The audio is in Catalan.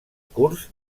curs